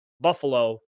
Buffalo